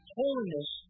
holiness